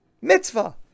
mitzvah